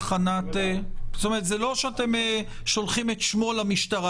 זה לא שאתם שולחים את שמו למשטרה.